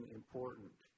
important